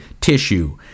tissue